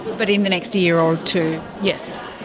but in the next year or two? yes.